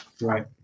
right